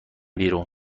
بیرون